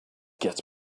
gets